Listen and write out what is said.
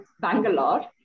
Bangalore